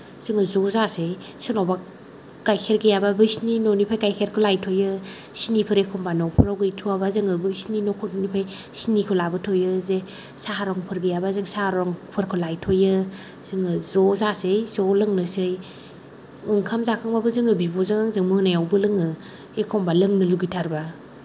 जोङो ज' जासै सोरनावबा गाइखेर गैयाबा बैसोरनि गाइखेरखौ लायथ'यो सिनिफोर एखम्बा न'खराव गैथ'वाबा जोङो बैसोरनि नखरनिफ्राय सिनिखौ लाबोथ'यो जे साहा रंफोर गैयाबा जों साहा रंफोरखौ लायथ'यो जोङो ज' जासै ज' लोंनोसै ओंखाम जाखांबाबो जोङो बिब'जों आंजों जोङो मोनायावबो लोङो एखम्बा लोंनो लुगैथारबा